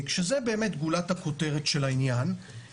כשזאת באמת גולת הכותרת של העניין.